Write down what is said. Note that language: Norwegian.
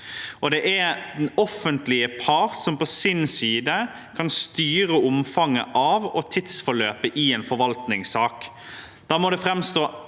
Det er den offentlige part som på sin side kan styre omfanget av og tidsforløpet i en forvaltningssak.